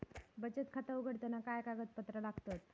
बचत खाता उघडताना काय कागदपत्रा लागतत?